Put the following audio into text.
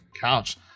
Couch